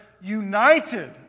united